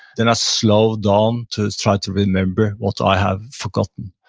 then i slow down to try to remember what i have forgotten.